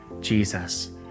Jesus